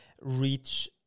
reach